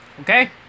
Okay